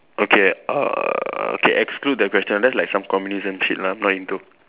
okay err okay exclude the question that's like some communism shit lah not into